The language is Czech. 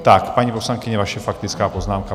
Tak, paní poslankyně, vaše faktická poznámka.